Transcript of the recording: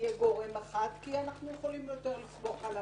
גורם אחד שאנחנו יכולים לסמוך עליו יותר,